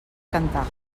cantar